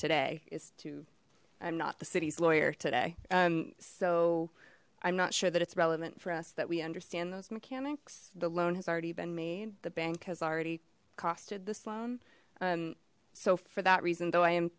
today is to i'm not the city's lawyer today um so i'm not sure that it's relevant for us that we understand those mechanics the loan has already been made the bank has already costed this loan and so for that reason though i am